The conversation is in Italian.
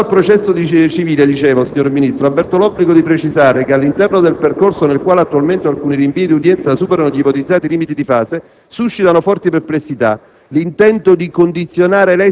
che, all'interno di un percorso nel quale, attualmente, alcuni rinvii di udienza purtroppo superano gli ipotizzati limiti di fase, alcuni aspetti suscitano